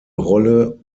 rolle